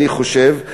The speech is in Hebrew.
אני חושב,